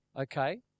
Okay